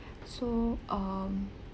so um